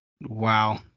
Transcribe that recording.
Wow